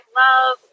love